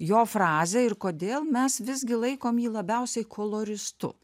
jo frazę ir kodėl mes visgi laikom jį labiausiai koloristu